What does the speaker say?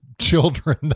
children